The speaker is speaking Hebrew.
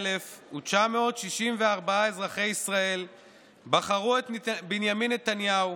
2,304,964 אזרחי ישראל בחרו את בנימין נתניהו